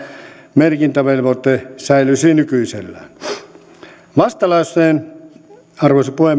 merkintävelvoite säilyisi nykyisellään arvoisa